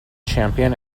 champion